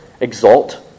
exalt